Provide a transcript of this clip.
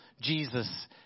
Jesus